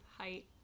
height